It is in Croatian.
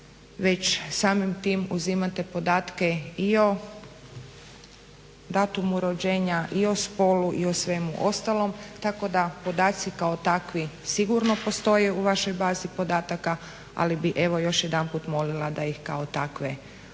već samim tim uzimate podatke i o datumu rođenja i o spolu i o svemu ostalom, tako da podaci kao takvi sigurno postoje u vašoj bazi podataka, ali bih evo još jedanput molila da ih kao takve i